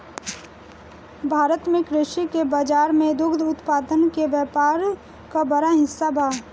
भारत में कृषि के बाजार में दुग्ध उत्पादन के व्यापार क बड़ा हिस्सा बा